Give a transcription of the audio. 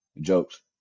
jokes